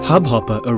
Hubhopper